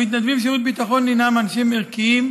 המתנדבים לשירות ביטחון הינם אנשים ערכיים,